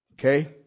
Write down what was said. Okay